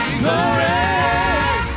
glory